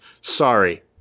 Sorry